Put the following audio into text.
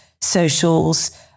socials